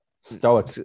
stoic